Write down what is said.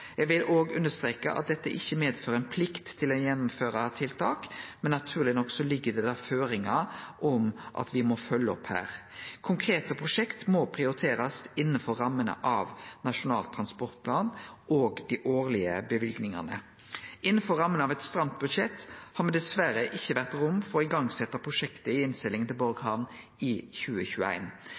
å gjennomføre tiltak, men naturleg nok ligg det da føringar om at me må følgje opp her. Konkrete prosjekt må prioriterast innanfor rammene av Nasjonal transportplan og dei årlege løyvingane. Innanfor ramma av eit stramt budsjett har det dessverre ikkje vore rom for å setje i gang prosjektet for innsegling til Borg hamn i